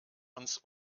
uns